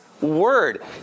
word